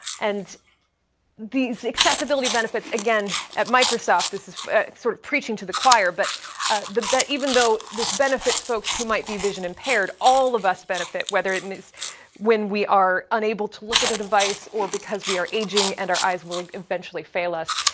and these accessibility benefits again, at microsoft, this is sort of preaching to the choir. but but even though this benefit folks who might be vision impaired, all of us benefit. whether it and is when we are unable to look at a device or because we are aging and our eyes will eventually fail us,